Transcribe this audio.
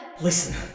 Listen